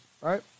right